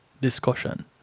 discussion